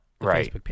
Right